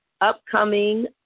upcoming